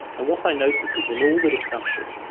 and what i noticed was in all the discussion,